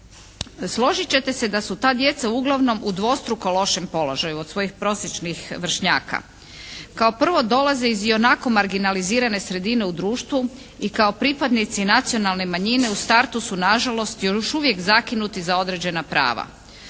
Složit ćete se da su ta djeca uglavnom u dvostruko lošem položaju od svojih prosječnih vršnjaka. Kao prvo, dolazi iz ionako marginalizirane sredine u društvu i kao pripadnici nacionalne manjine u startu su nažalost još uvijek zakinuti za određena prava,